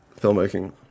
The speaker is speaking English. filmmaking